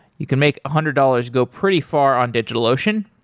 you can make a hundred dollars go pretty far on digitalocean.